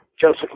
Joseph